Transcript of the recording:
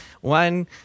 One –